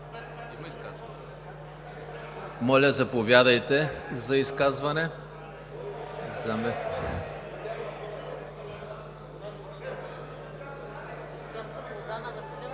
заповядайте за изказване.